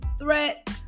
threat